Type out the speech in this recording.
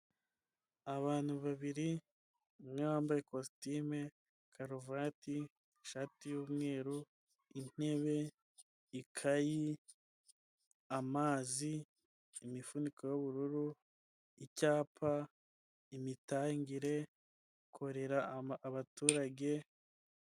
Abantu babiri, umwe wambaye ikositimu, karuvati, ishati y'umweru, intebe, ikayi, amazi imifuniko y'ubururu, icyapa, imitangire ikorera abaturage.